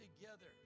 together